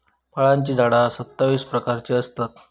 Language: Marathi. फळांची झाडा सत्तावीस प्रकारची असतत